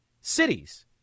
cities